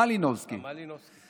מלינובסקי